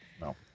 No